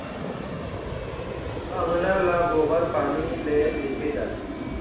अंगना ल गोबर पानी ले लिपे जाथे